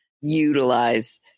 utilize